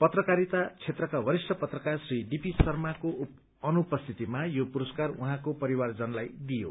पत्रकारिता क्षेत्रका वरिष्ट पत्रकार श्री डीपी शर्माको अनुपस्थितिमा यो पुरस्कार उहाँको परिवारजनलाई दिइयो